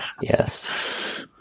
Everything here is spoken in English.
Yes